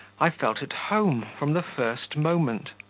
i felt at home from the first moment.